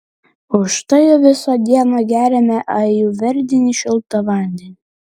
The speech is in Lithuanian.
už tai visą dieną geriame ajurvedinį šiltą vandenį